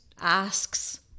asks